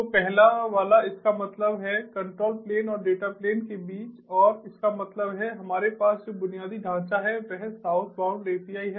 तो पहले वाला इसका मतलब है कंट्रोल प्लेन और डेटा प्लेन के बीच और इसका मतलब है हमारे पास जो बुनियादी ढांचा है वह साउथबाउंड API है